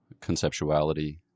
conceptuality